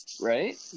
Right